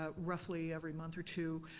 ah roughly every month or two,